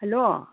hello